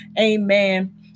Amen